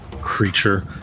creature